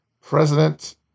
President